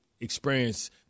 experience